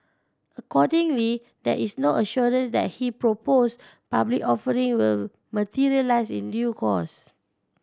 accordingly there is no assurance that he proposed public offering will materialise in due course